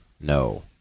No